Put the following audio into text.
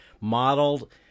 modeled